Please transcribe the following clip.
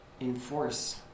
enforce